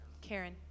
Karen